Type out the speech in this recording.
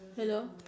hello